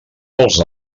els